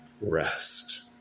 rest